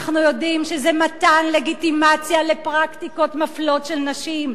אנחנו יודעים שזה מתן לגיטימציה לפרקטיקות מפלות של נשים.